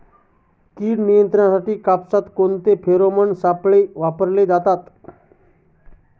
कीड नियंत्रणासाठी कापसात कोणते फेरोमोन सापळे वापरले जातात?